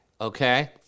okay